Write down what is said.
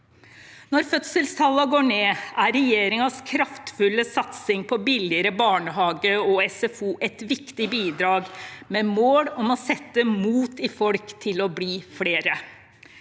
Når fødselstallene går ned, er regjeringens kraftfulle satsing på billigere barnehage og SFO et viktig bidrag med mål om å sette mot i folk til å bli flere.